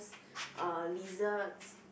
uh lizards